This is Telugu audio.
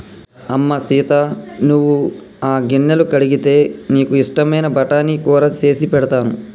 అమ్మ సీత నువ్వు ఆ గిన్నెలు కడిగితే నీకు ఇష్టమైన బఠానీ కూర సేసి పెడతాను